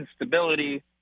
instability